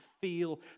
feel